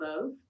love